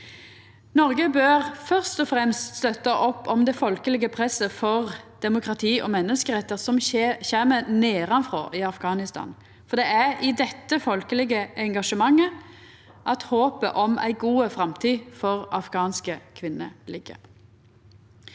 Noreg bør først og fremst støtta opp om det folkelege presset for demokrati og menneskerettar som kjem nedanfrå i Afghanistan. Det er i dette folkelege engasjementet at håpet om ei god framtid for afghanske kvinner ligg.